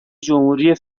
جمهوری